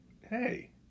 hey